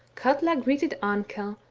katla greeted amkell,